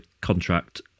contract